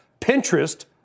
Pinterest